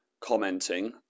commenting